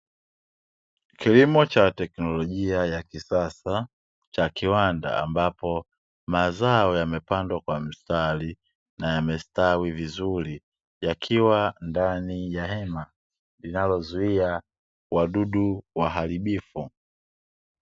Kilimo cha teknolojia ya kisasa cha kiwanda ambapo mazao yamepandwa kwa mstari, na yamestawi vizuri yakiwa ndani ya hema linalozuia wadudu waharibifu.